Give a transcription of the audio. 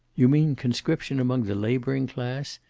you mean, conscription among the laboring class?